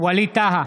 ווליד טאהא,